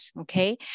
Okay